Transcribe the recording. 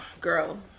Girl